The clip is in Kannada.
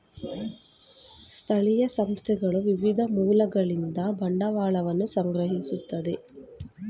ಸ್ಥಳೀಯ ಸಂಸ್ಥೆಗಳು ವಿವಿಧ ಮೂಲಗಳಿಂದ ಬಂಡವಾಳವನ್ನು ಸಂಗ್ರಹಿಸುತ್ತದೆ